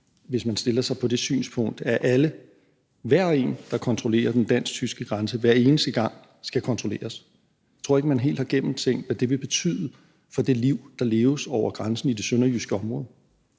hvis man stiller sig på det synspunkt, at alle, hver og en, der passerer den dansk-tyske grænse, hver eneste gang skal kontrolleres. Jeg tror ikke, man helt har gennemtænkt, hvad det vil betyde for det liv, der leves over grænsen i det sønderjyske område.